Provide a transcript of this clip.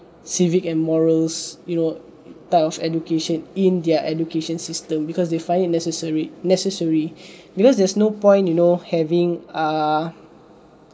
civic and morals you know type of education in their education system because they find it necessary necessary because there's no point you know having uh